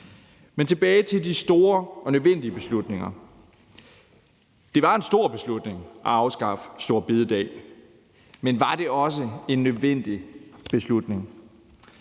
Men tilbage til de store og nødvendige beslutninger. Det var en stor beslutning at afskaffe store bededag, men var det også en nødvendig beslutning?